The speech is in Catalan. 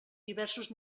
diversos